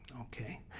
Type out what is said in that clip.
okay